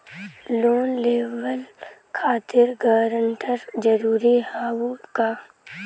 Loan लेवब खातिर guarantor जरूरी हाउ का?